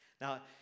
Now